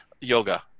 yoga